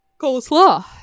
coleslaw